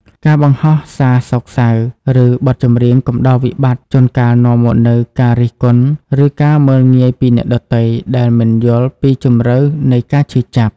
ការបង្ហោះសារសោកសៅ ឬបទចម្រៀងកំដរវិបត្តិ ជួនកាលនាំមកនូវការរិះគន់ ឬការមើលងាយពីអ្នកដទៃ ដែលមិនយល់ពីជម្រៅនៃការឈឺចាប់។